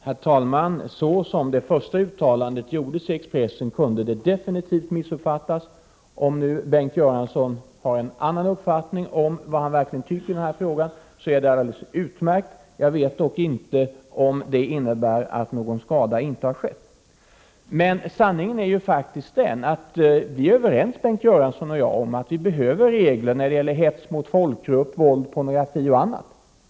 Herr talman! Såsom det första uttalandet refererades i Expressen kunde det definitivt missuppfattas. Om Bengt Göransson nu har en annan uppfattning i den här frågan är det alldeles utmärkt. Jag vet dock inte om det innebär att någon skada inte har skett. Sanningen är ju faktiskt den att Bengt Göransson och jag är överens om att vi behöver regler när det gäller hets mot folkgrupp, våld, pornografi och annat.